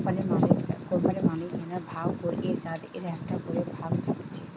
কোম্পানির মালিকানা ভাগ করে যাদের একটা করে ভাগ থাকছে